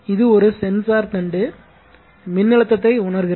இது ஒரு சென்சார் தண்டு மின்னழுத்தத்தை உணர்கிறது